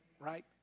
Right